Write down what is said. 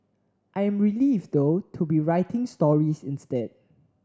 I am relieved though to be writing stories instead